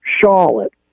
Charlotte